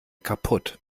kaputt